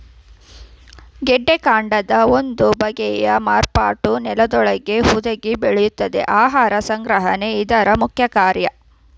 ಗೆಡ್ಡೆಕಾಂಡದ ಒಂದು ಬಗೆಯ ಮಾರ್ಪಾಟು ನೆಲದೊಳಗೇ ಹುದುಗಿ ಬೆಳೆಯುತ್ತೆ ಆಹಾರ ಸಂಗ್ರಹಣೆ ಇದ್ರ ಮುಖ್ಯಕಾರ್ಯ